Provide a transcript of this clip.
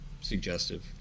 suggestive